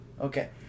Okay